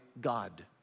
God